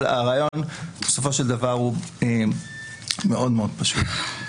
הרעיון בסופו של דבר הוא מאוד מאוד פשוט.